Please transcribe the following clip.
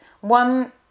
one